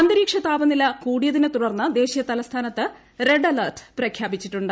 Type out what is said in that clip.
അന്തരീക്ഷ താപനില കൂടിയതിന്റെതുടർന്ന് ദേശീയ തലസ്ഥാനത്ത് റെഡ് അലേർട്ട് പ്രഖ്യാപിച്ചിട്ടുണ്ട്